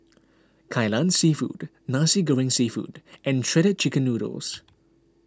Kai Lan Seafood Nasi Goreng Seafood and Shredded Chicken Noodles